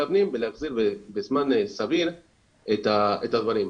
הפנים ולהחזיר בזמן סביר את הדברים.